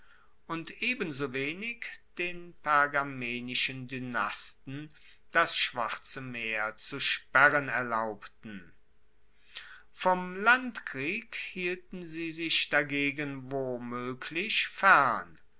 und ebensowenig den pergamenischen dynasten das schwarze meer zu sperren erlaubten vom landkrieg hielten sie sich dagegen womoeglich fern